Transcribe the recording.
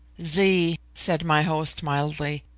zee, said my host mildly,